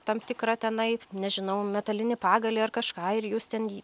tam tikrą tenai nežinau metalinį pagalį ar kažką ir jus ten jį